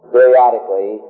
Periodically